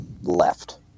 left